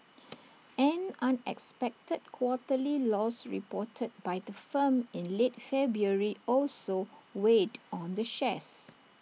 an unexpected quarterly loss reported by the firm in late February also weighed on the shares